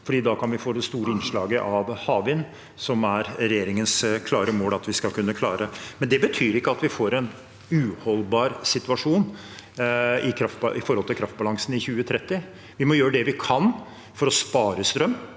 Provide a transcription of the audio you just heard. Da kan vi få det store innslaget av havvind, som er regjeringens klare mål at vi skal kunne klare. Det betyr ikke at vi får en uholdbar situasjon med hensyn til kraftbalansen i 2030. Vi må gjøre det vi kan for å spare strøm,